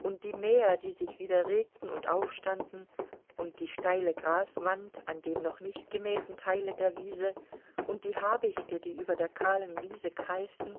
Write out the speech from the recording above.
und die mäher die sich wieder regten und aufstanden und die steile graswand an dem noch nicht gemähten teile der wiese und die habichte die über der kahlen wiese kreisten